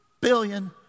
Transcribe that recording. billion